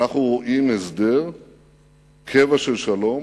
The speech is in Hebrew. אנחנו רואים הסדר קבע של שלום,